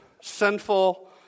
sinful